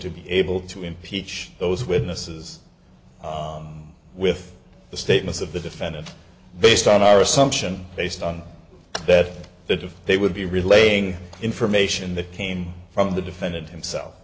to be able to impeach those witnesses with the statements of the defendant based on our assumption based on that that if they would be relaying information that came from the defendant himself